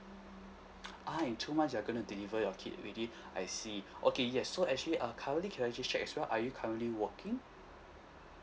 (uh huh) in two months you're going to deliver your kid already I see okay yes so actually uh currently can I just check as well are you currently working